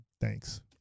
thanks